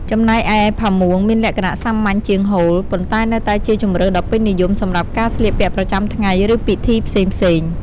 ចំណែកឯ ផាមួងមានលក្ខណៈសាមញ្ញជាងហូល ប៉ុន្តែនៅតែជាជម្រើសដ៏ពេញនិយមសម្រាប់ការស្លៀកពាក់ប្រចាំថ្ងៃ ឬពិធីផ្សេងៗ។